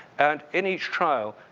and in each trial,